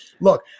look